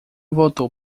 voltou